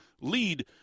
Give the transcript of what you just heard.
lead